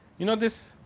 you know this